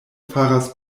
faras